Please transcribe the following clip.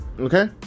okay